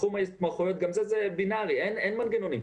תחום ההתמחויות הוא בינארי, אין מנגנונים.